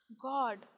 God